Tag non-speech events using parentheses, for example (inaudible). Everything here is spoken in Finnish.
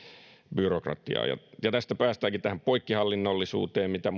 byrokratiaa tästä päästäänkin tähän poikkihallinnollisuuteen mitä (unintelligible)